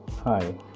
Hi